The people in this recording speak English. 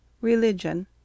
Religion